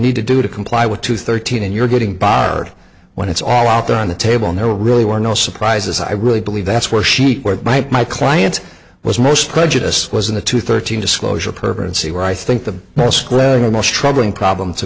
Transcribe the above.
need to do to comply with to thirteen and you're getting barred when it's all out there on the table and there really were no surprises i really believe that's where she quote by my client was most prejudiced was in the two thirteen disclosure purpose and see where i think the most credible struggling problem to